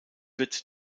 wird